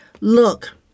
Look